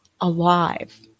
alive